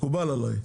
מקובל עליי.